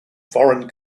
foreign